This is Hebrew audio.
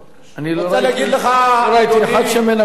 אני לא ראיתי אחד שמנמנם פה.